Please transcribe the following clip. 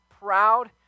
proud